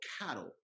cattle